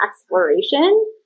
exploration